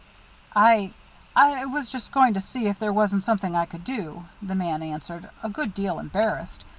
i i was just going to see if there wasn't something i could do, the man answered, a good deal embarrassed.